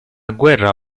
guerra